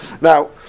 Now